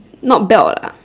not belt ah